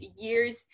years